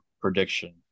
prediction